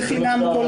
זה חינם.